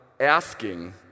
Asking